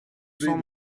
cent